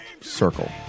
circle